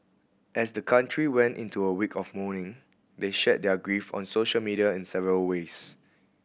as the country went into a week of mourning they shared their grief on social media in several ways